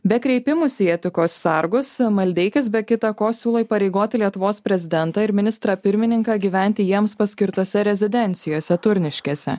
be kreipimųsi į etikos sargus maldeikis be kita ko siūlo įpareigoti lietuvos prezidentą ir ministrą pirmininką gyventi jiems paskirtose rezidencijose turniškėse